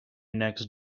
next